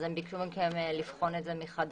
אז הם ביקשו מכם לבחון את זה מחדש.